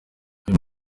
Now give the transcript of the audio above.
uyu